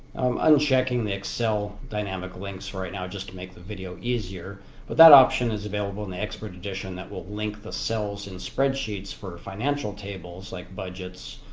unchecking the excel dynamic links right now just to make the video easier but that option is available in the expert edition that will link the cells in spreadsheets for financial tables like budgets,